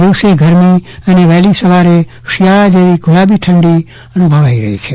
દિવ્સે ગરમી અને વહેલીસવારે શિયાળા જેવી ગુલાબી ઠંડી અનુભવાઈ રહી છે